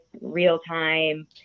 real-time